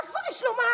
מה כבר יש לומר?